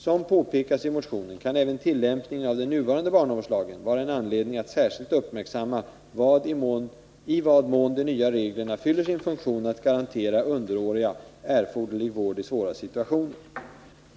Som påpekats i motionen kan även tillämpningen av den nuvarande barnavårdslagen vara en anledning att särskilt uppmärksamma i vad mån de nya reglerna fyller sin funktion att garantera underåriga erforderlig vård i svåra situationer.